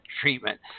treatment